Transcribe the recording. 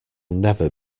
never